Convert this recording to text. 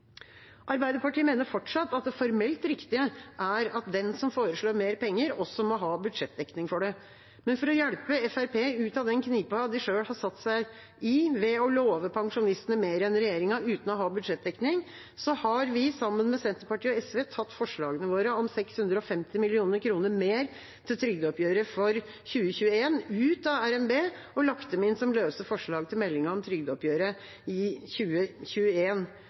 Arbeiderpartiet mener fortsatt at det formelt riktige er at den som foreslår mer penger, også må ha budsjettdekning for det. Men for å hjelpe Fremskrittspartiet ut av den knipa de selv har satt seg i ved å love pensjonistene mer enn regjeringa uten å ha budsjettdekning, har vi – sammen med Senterpartiet og SV – tatt forslagene våre om 650 mill. kr mer til trygdeoppgjøret for 2021 ut av RNB og lagt dem inn som løse forslag til meldinga om trygdeoppgjøret i